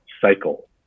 cycle